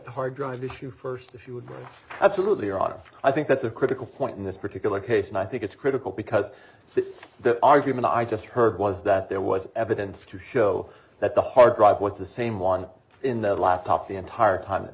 the hard drive to shoot first if you would absolutely or offer i think that's a critical point in this particular case and i think it's critical because the argument i just heard was that there was evidence to show that the hard drive was the same one in the laptop the entire time that